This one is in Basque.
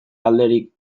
alderik